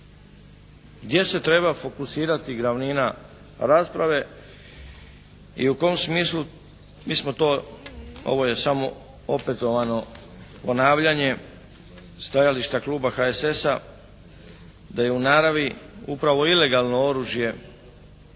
Gdje se treba fokusirati glavnina rasprave i u kom smislu mi smo to, ovo je samo opetovano ponavljanje stajališta Kluba HSS-a da je u naravi upravo ilegalno oružje